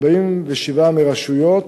47 מרשויות